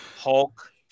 Hulk